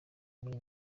muri